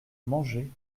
manger